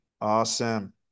Awesome